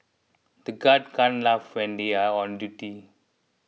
the guards can't laugh when they are on duty